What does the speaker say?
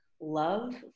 love